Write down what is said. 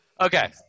Okay